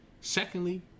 Secondly